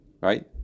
Right